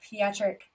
pediatric